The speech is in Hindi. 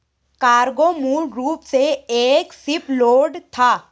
कार्गो मूल रूप से एक शिपलोड था